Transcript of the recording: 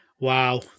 Wow